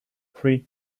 three